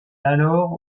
alors